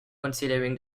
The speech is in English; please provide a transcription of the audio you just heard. considering